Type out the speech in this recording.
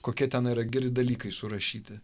kokie ten yra geri dalykai surašyti